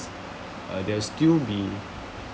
uh there'll still be